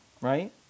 right